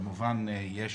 כמובן יש